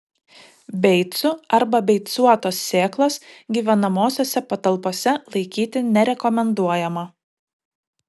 beicų arba beicuotos sėklos gyvenamosiose patalpose laikyti nerekomenduojama